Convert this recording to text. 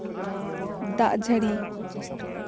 ᱫᱟᱜ ᱡᱟᱹᱲᱤ